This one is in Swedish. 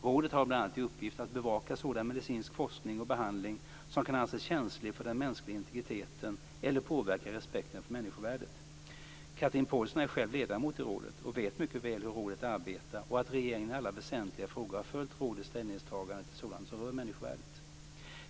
Rådet har bl.a. i uppgift att bevaka sådan medicinsk forskning och behandling som kan anses känslig för den mänskliga integriteten eller påverka respekten för människovärdet. Chatrine Pålsson är själv ledamot i rådet och vet mycket väl hur rådet arbetar och att regeringen i alla väsentliga frågor har följt rådets ställningstaganden till sådant som rör människovärdet.